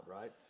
right